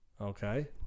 Okay